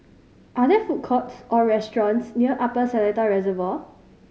are there food courts or restaurants near Upper Seletar Reservoir